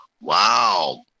Wow